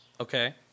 okay